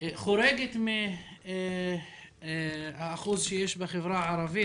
חורגת מהאחוז שיש בחברה הערבית.